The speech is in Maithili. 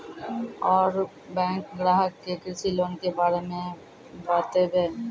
और बैंक ग्राहक के कृषि लोन के बारे मे बातेबे?